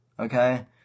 Okay